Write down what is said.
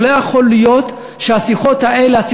זה לא יכול להיות שהשיחות האלה,